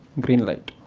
green light.